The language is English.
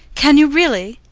can you really?